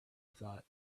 thought